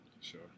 Sure